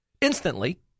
instantly